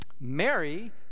Mary